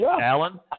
Alan